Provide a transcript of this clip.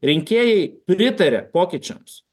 rinkėjai pritaria pokyčiams